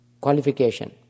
qualification